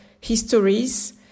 histories